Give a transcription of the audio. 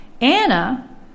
Anna